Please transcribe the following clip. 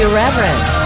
Irreverent